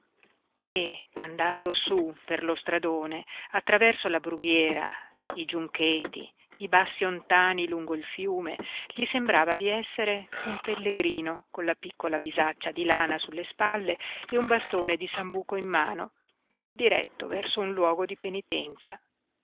e andando su per lo stradone attraverso la brughiera i giuncheti i bassi ontani lungo il fiume gli sembrava di essere un pellegrino con la piccola bisaccia di lana sulle spalle e un bastone di sambuco in mano diretto verso un luogo di penitenza